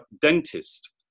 dentist